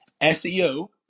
SEO